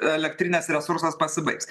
elektrinės resursas pasibaigs